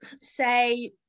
say